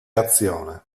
azione